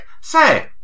Say